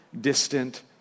distant